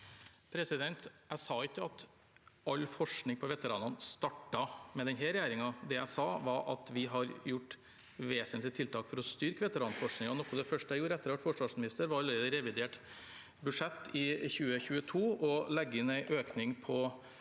Jeg sa ikke at all forskning på veteranene startet med denne regjeringen. Det jeg sa, var at vi har gjort vesentlige tiltak for å styrke veteranforskningen. Noe av det første jeg gjorde etter at jeg ble forsvarsminister, var allerede i revidert budsjett i 2022 å legge inn en økning på